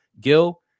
Gil